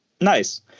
nice